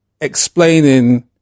explaining